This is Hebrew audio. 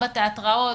בתיאטראות,